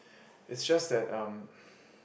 it's just that um